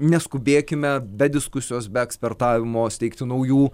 neskubėkime be diskusijos be ekspertavimo steigti naujų